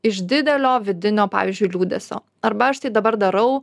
iš didelio vidinio pavyzdžiui liūdesio arba aš tai dabar darau